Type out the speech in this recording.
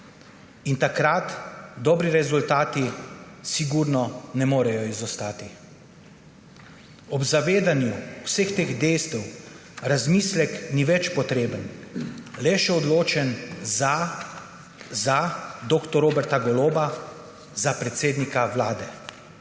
in takrat dobri rezultati sigurno ne morejo izostati. Ob zavedanju vseh teh dejstev razmislek ni več potreben, le še odločen »za« za dr. Roberta Goloba za predsednika Vlade.